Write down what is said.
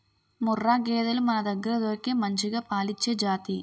ముర్రా గేదెలు మనదగ్గర దొరికే మంచిగా పాలిచ్చే జాతి